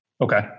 Okay